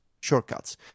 shortcuts